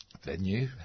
venue